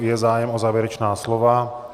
Je zájem o závěrečná slova?